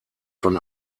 von